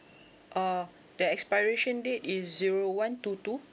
uh the expiration date is zero one two two